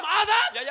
others